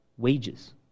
wages